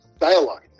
dialogue